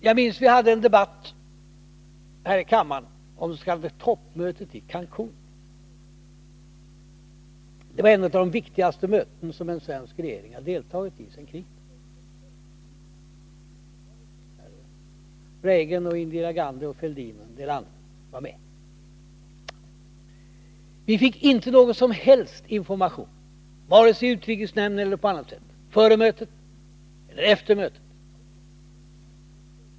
Jag minns att vi hade en debatt här i kammaren om det s.k. toppmötet i Cancun. Det var ett av de viktigaste möten som en svensk regering har deltagit i sedan kriget. Ronald Reagan, Indira Gandhi, Thorbjörn Fälldin och en del andra var med. Vi fick inte någon som helst information vare sig via utrikesnämnden eller på annat sätt före mötet eller efter mötet.